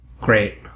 Great